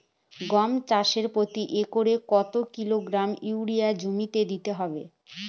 গম চাষে প্রতি একরে কত কিলোগ্রাম ইউরিয়া জমিতে দিতে হয়?